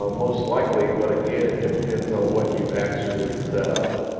um most likely, but again it depends on what you actually set up.